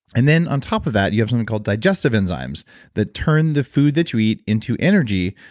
and then on top of that you have something called digestive enzymes that turn the food that you eat into energy,